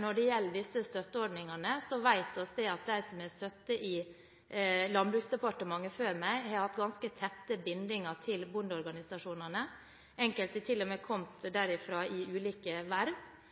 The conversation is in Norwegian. Når det gjelder disse støtteordningene, vet vi at de som har sittet i Landbruksdepartementet før meg, har hatt ganske tette bindinger til bondeorganisasjonene – enkelte har til og med kommet derfra i ulike verv.